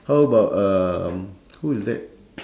how about um who is that